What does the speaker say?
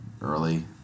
early